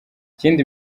ikindi